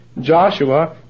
Joshua